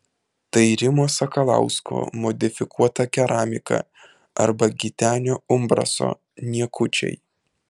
tai rimo sakalausko modifikuota keramika arba gitenio umbraso niekučiai